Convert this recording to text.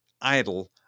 idle